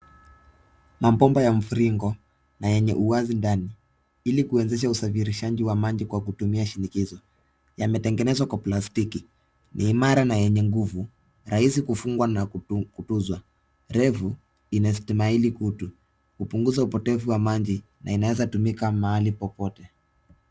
Mabomba ya mviringo na yenye uwazi ndani ili kuwezesha usafirishaji wa maji kwa kutumia shinikizo, yametengenezwa kwa plastiki, ni imara na yenye nguvu, rahisi kufungwa na kutunzwa, refu inastahimili kutu, hupunguza upotevu wa maji na inaweza tumika mahali popote.